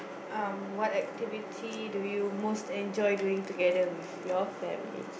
um what activity do you most enjoy doing together with your family